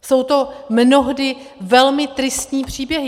Jsou to mnohdy velmi tristní příběhy.